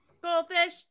Goldfish